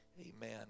amen